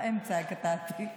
באמצע קטעתי.